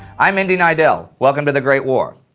i'm indy neidell welcome to the great war.